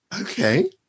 Okay